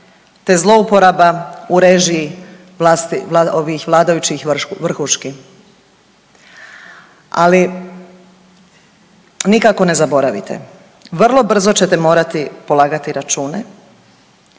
te zlouporaba u režiji ovih vladajućih vrhuški. Ali nikako ne zaboravite. Vrlo brzo ćete morati polagati račune